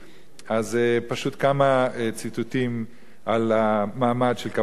פשוט כמה ציטוטים על המעמד של קבלת התורה.